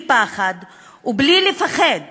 בלי פחד, בלי לפחד